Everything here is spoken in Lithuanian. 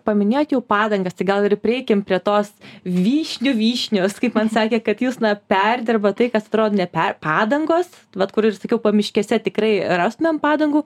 paminėjot jau padangas tai gal ir prieikim prie tos vyšnių vyšnios kaip man sakė kad jūs na perdirbat tai kas atrodo neper padangos vat kur ir sakiau pamiškėse tikrai rastumėm padangų